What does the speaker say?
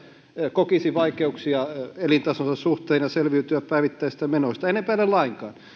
kokisi vaikeuksia elintasonsa suhteen ja selviytyä päivittäisistä menoista en epäile lainkaan